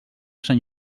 sant